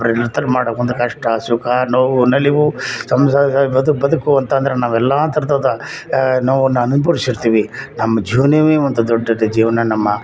ಒಬ್ಬರೇ ನಿಂತು ಮಾಡಬೇಕಂದ್ರೆ ಕಷ್ಟ ಸುಖ ನೋವು ನಲಿವು ಸಂಸಾರ ಸಹ ಬದು ಬದುಕು ಅಂತ ಅಂದ್ರೆ ನಾವು ಎಲ್ಲ ಥರದ ನೋವನ್ನು ಅನುಭವಿಸಿರ್ತೀವಿ ನಮ್ಮ ಜೀವನವೇ ಒಂದು ದೊಡ್ಡ ದೊಡ್ಡ ಜೀವನ ನಮ್ಮ